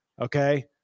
okay